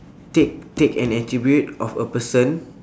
take take an attribute of a person